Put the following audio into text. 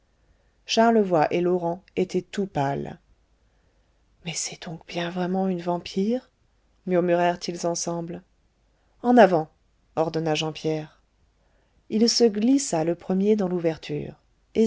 charlevoy et laurent étaient tout pâles mais c'est donc bien vraiment une vampire murmurèrent-ils ensemble en avant ordonna jean pierre il se glissa le premier dans l'ouverture